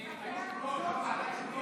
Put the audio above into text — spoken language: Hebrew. היושב-ראש,